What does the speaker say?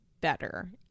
better